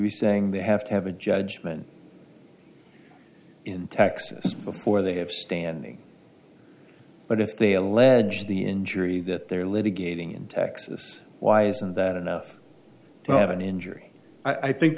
be saying they have to have a judgment in texas before they have standing but if they allege the injury that they're litigating in texas why isn't that enough to have an injury i think